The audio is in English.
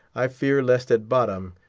i fear lest, at bottom,